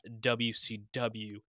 WCW